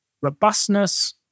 robustness